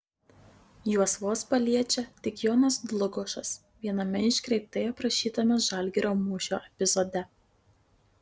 juos vos paliečia tik jonas dlugošas viename iškreiptai aprašytame žalgirio mūšio epizode